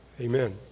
amen